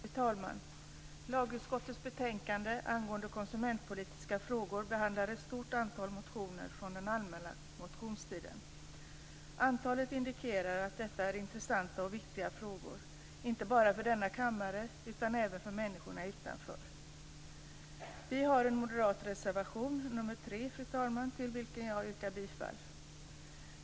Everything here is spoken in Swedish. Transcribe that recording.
Fru talman! Lagutskottets betänkande angående konsumentpolitiska frågor behandlar ett stort antal motioner från den allmänna motionstiden. Antalet indikerar att detta är intressanta och viktiga frågor inte bara för denna kammare utan även för människorna utanför. Fru talman! Vi har en moderat reservation, nr 3, till vilken jag yrkar bifall.